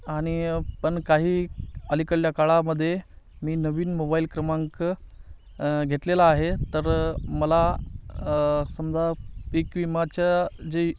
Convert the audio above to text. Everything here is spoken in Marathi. आणि पण काही अलीकडल्या काळामध्ये मी नवीन मोबाईल क्रमांक घेतलेला आहे तर मला समजा पीकविमाच्या जे